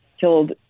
killed